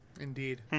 Indeed